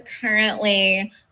currently